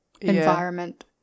environment